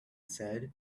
said